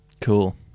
Cool